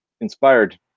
inspired